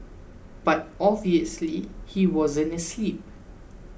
but obviously he wasn't asleep